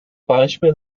beispiel